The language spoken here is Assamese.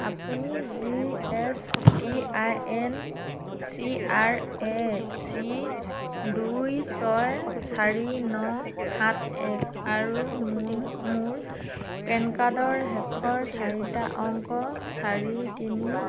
আপুনি G S T I N C R A C দুই ছয় চাৰি ন সাত এক আৰু মোন মোৰ পেন কাৰ্ডৰ শেষৰ চাৰিটা অংক চাৰি তিনি